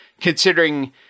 considering